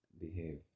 behave